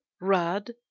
Rad